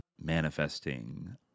manifesting